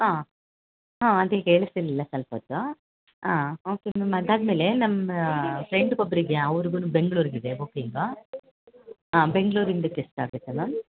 ಹಾಂ ಹಾಂ ಅದೇ ಕೇಳಿಸ್ತಿರ್ಲಿಲ್ಲ ಸ್ವಲ್ಪ ಹೊತ್ತು ಹಾಂ ಓಕೆ ಮ್ಯಾಮ್ ಅದಾದ ಮೇಲೆ ನಮ್ಮ ಫ್ರೆಂಡ್ಗೆ ಒಬ್ಬರಿಗೆ ಅವ್ರಿಗೂನು ಬೆಂಗ್ಳೂರ್ಗೆ ಇದೆ ಬುಕ್ಕಿಂಗು ಹಾಂ ಬೆಂಗ್ಳೂರಿಂದಕ್ಕೆ ಎಷ್ಟಾಗುತ್ತೆ ಮ್ಯಾಮ್